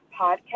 podcast